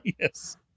Yes